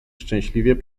szczęśliwie